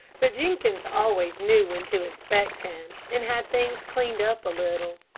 but jenkins always knew when to expect him, and had things cleaned up a little.